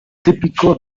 típico